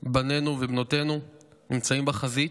בנינו ובנותינו נמצאים בחזית,